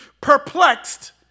perplexed